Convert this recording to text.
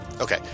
Okay